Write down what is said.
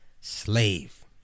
slave